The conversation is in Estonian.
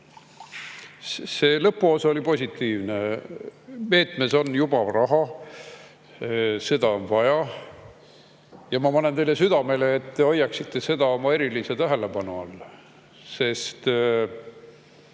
See lõpuosa oli positiivne, meetmes on juba raha, seda on vaja. Ma panen teile südamele, et te hoiaksite seda oma erilise tähelepanu all.